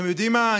אתם יודעים מה?